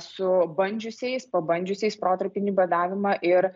su bandžiusiais pabandžiusiais protarpinį badavimą ir